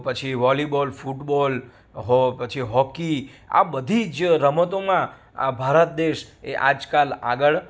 પછી volleyball football પછી hockey આ બધી જ રમતોમાં આ ભારત દેશ એ આજકાલ આગળ